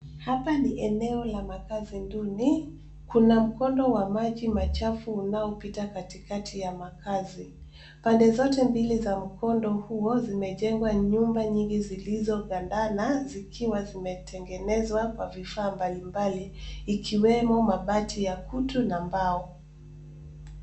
Hapa ni eneo la maakazi duni, kuna mkondo wa maji machafu unaopita katikati ya maakazi, pande zote mbili za mkondo huo zimejengwa nyumba nyingi zilizo kandana zikiwa zimetengenezwa kwa vifaa mbali mbali ikiwemo mabati ya kutu na mbao.